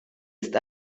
ist